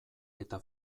eta